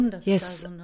Yes